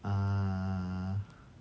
uh